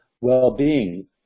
well-being